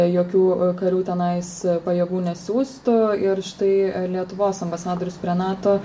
jokių karių tenais pajėgų nesiųstų ir štai lietuvos ambasadorius prie nato